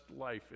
life